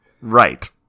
Right